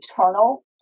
eternal